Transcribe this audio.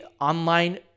online